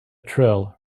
trill